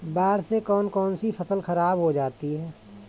बाढ़ से कौन कौन सी फसल खराब हो जाती है?